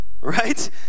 right